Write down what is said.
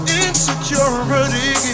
insecurity